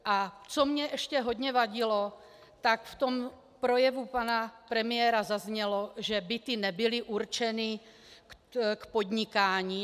A co mě ještě hodně vadilo, tak v projevu pana premiéra zaznělo, že byty nebyly určeny k podnikání.